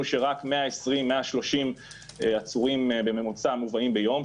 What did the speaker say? שרק 120 130 עצורים בממוצע מובאים ביום,